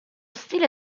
stile